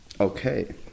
Okay